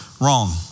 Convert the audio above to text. Wrong